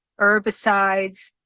herbicides